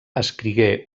escrigué